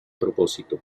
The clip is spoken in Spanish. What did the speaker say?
propósito